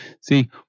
see